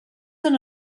són